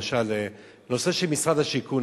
למשל הנושא של משרד השיכון,